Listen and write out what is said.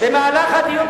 במהלך הדיון,